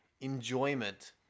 enjoyment